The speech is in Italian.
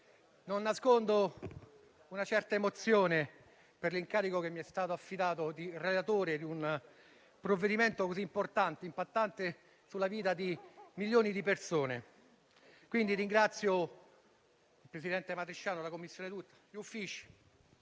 non nascondo una certa emozione per l'incarico che mi è stato affidato, quello di relatore di un provvedimento così importante e impattante sulla vita di milioni di persone. Ringrazio dunque il presidente Matrisciano, la Commissione tutta e gli Uffici